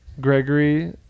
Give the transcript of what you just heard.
Gregory